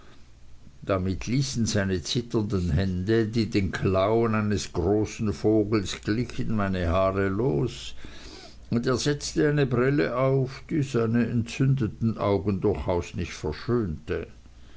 damit ließen seine zitternden hände die den klauen eines großen vogels glichen meine haare los und er setzte eine brille auf die seine entzündeten augen durchaus nicht verschönte